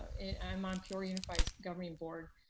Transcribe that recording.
and i'm on peoria unified governing board.